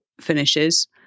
finishes